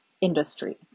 industry